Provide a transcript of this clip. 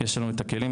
יש לנו את הכלים,